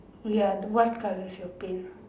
ya the what colour is your pail